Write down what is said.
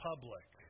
public